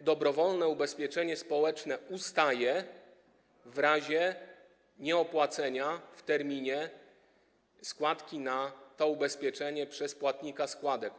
dobrowolne ubezpieczenie społeczne ustaje w razie nieopłacenia w terminie składki na to ubezpieczenie przez płatnika składek.